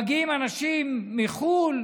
מגיעים אנשים מחו"ל